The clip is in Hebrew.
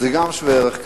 גם זה שווה ערך כספי.